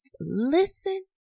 listen